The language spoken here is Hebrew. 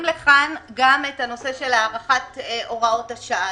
לכאן גם את הנושא של הארכת הוראות השעה.